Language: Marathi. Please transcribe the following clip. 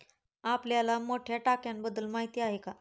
आपल्याला मोठ्या टाक्यांबद्दल माहिती आहे का?